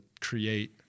create